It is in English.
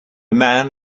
man